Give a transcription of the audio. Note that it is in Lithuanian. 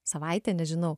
savaitę nežinau